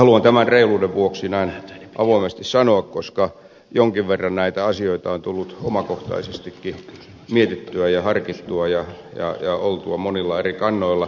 haluan tämän reiluuden vuoksi näin avoimesti sanoa koska jonkin verran näitä asioita on tullut omakohtaisestikin mietittyä ja harkittua ja oltua monilla eri kannoilla